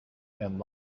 and